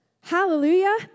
Hallelujah